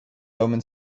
roman